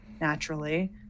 naturally